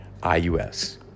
IUS